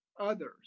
others